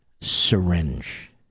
syringe